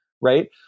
right